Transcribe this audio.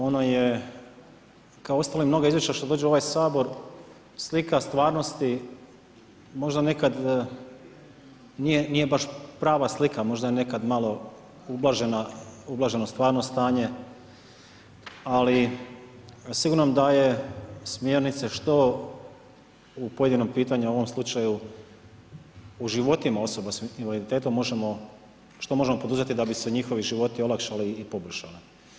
Ono je kao uostalom i mnoga izvješća koja dođu u ovaj Sabor slika stvarnosti, možda nekad nije baš prava slika, možda je nekad malo ublaženo stvarno stanje, ali sigurno nam daje smjernice što u pojedinom pitanju u ovom slučaju u životima osoba s invaliditetom možemo, što možemo poduzeti da bi se njihovi životi olakšali i poboljšali.